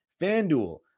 FanDuel